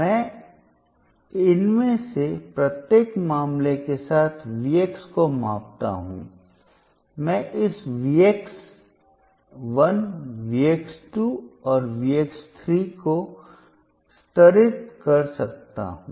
मैं इनमें से प्रत्येक मामले के साथ Vx को मापता हूं मैं इसVx 1 Vx 2 और Vx 3 को स्तरित कर सकता हूं